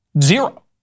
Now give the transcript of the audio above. zero